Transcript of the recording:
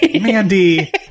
Mandy